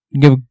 give